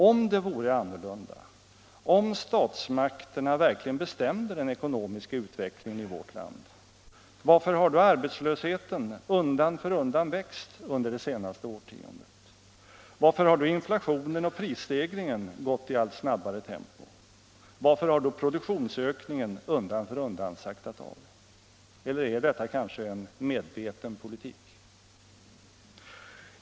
Om det vore annorlunda, om statsmakterna verkligen bestämde den ekonomiska utvecklingen i vårt land, varför har då arbetslösheten undan för undan växt under det senaste årtiondet, varför har då inflationen och prisstegringen gått i allt snabbare tempo, varför har då produktionsökningen undan för undan saktat av? Eller är detta kanske en medveten politik?